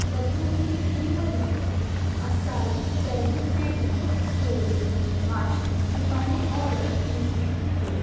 the Brooklyn creamery असीई berry केळी सोडून म्हाजी निमाणी ऑर्डर रिपीट कर